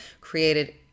created